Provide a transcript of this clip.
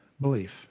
belief